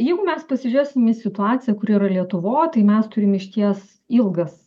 jeigu mes pasižiūrėsim į situaciją kuri yra lietuvo tai mes turime išties ilgas